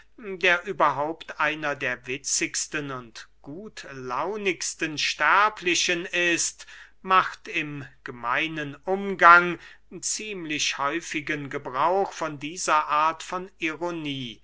der überhaupt einer der witzigsten und gutlaunigsten sterblichen ist macht im gemeinen umgang ziemlich häufigen gebrauch von dieser art von ironie